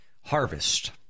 harvest